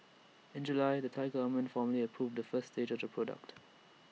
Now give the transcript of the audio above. in July the Thai Government formally approved the first stage of the project